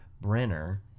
Brenner